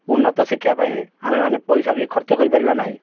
ଉନ୍ନତ ଶିଖିବା ପାଇଁ ଆମେମାନେ ପଇସା ବି ଖର୍ଚ୍ଚ କରିପାରିବା ନାହିଁ